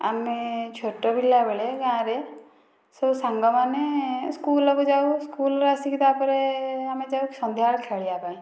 ଆମେ ଛୋଟ ଥିଲାବେଳେ ଗାଁରେ ସବୁ ସାଙ୍ଗମାନେ ସ୍କୁଲକୁ ଯାଉ ସ୍କୁଲରୁ ଆସିକି ତା'ପରେ ଆମେ ଯାଉ ସନ୍ଧ୍ୟାବେଳେ ଖେଳିବା ପାଇଁ